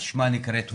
על שמה נקראת הודא,